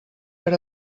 per